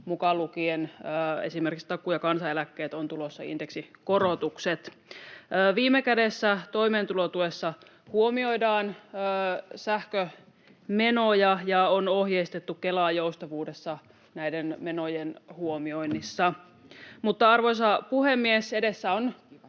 mukaan lukien esimerkiksi takuu- ja kansaneläkkeet, on tulossa indeksikorotukset. Viime kädessä toimeentulotuessa huomioidaan sähkömenoja, ja Kelaa on ohjeistettu joustavuudessa näiden menojen huomioinnissa. Arvoisa puhemies! Edessä on